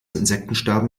insektensterben